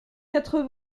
quatre